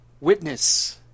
Witness